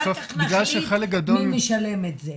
אחר כך נחליט מי משלם את זה.